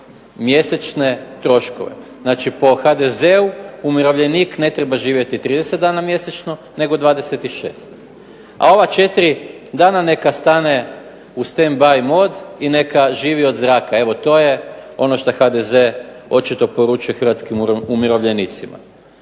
mjesečne troškove. Znači, po HDZ-u umirovljenik ne treba živjeti 30 dana mjesečno nego 26, a ova 4 dana neka stane u stand by mod i neka živi od zraka i to je ono što HDZ očito poručuje Hrvatskim umirovljenicima.